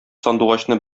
сандугачны